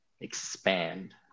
expand